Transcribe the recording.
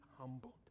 humbled